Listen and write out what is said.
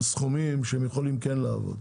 הסכומים כדי שהם יוכלו לעבוד.